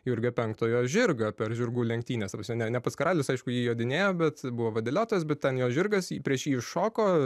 jurgio penktojo žirgą per žirgų lenktynes ta prasme ne ne pats karalius aišku jį jodinėjo bet buvo vadeliotojas bet ten jo žirgas ji prieš jį iššoko